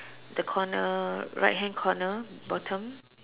the corner right hand corner bottom